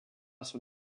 son